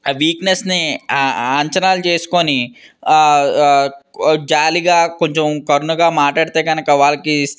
వీక్నెస్ని అంచనాలు చేసుకోని జాలిగా కొంచెం కరుణగా మాట్లాడితే కనుక వాళ్ళకి